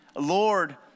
Lord